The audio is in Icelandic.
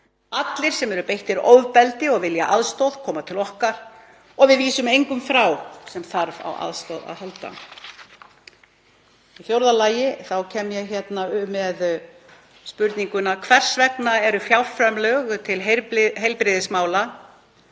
allir sem eru beittir ofbeldi og vilja aðstoð koma til okkar. Við vísum engum frá sem þarf á aðstoð að halda. Í fjórða lagi kemur hér hjá mér: Hvers vegna eru fjárframlög til geðheilbrigðismála